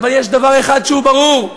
אבל יש דבר אחד שהוא ברור: